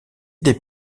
des